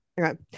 Okay